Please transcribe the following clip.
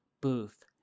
booth